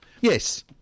Yes